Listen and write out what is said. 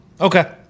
okay